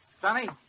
Sonny